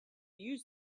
use